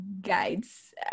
guides